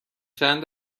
چند